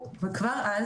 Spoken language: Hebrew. כבר אז,